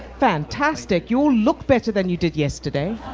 fantastic! you all look better than you did yesterday.